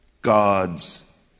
God's